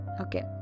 okay